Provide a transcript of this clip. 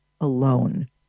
alone